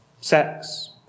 sex